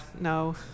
no